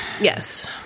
Yes